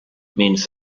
means